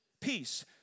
peace